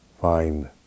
find